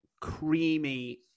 creamy